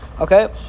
okay